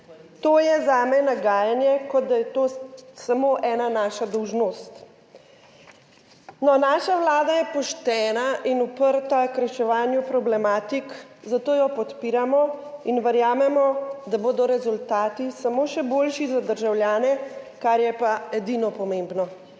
To je zame nagajanje, kot da je to samo ena naša dolžnost. No, naša Vlada je poštena in uprta k reševanju problematik, zato jo podpiramo in verjamemo, da bodo rezultati samo še boljši za državljane, kar je pa edino pomembno.